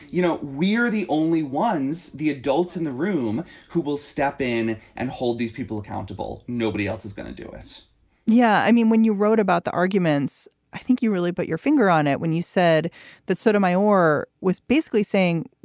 you know, we're the only ones, the adults in the room who will step in and hold these people accountable. nobody else is going to do it yeah. i mean, when you wrote about the arguments, i think you really put your finger on it when you said that sotomayor was basically saying